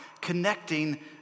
connecting